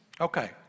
Okay